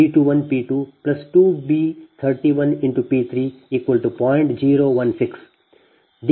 1252 dPLossdP32P3B332B13P12B23P20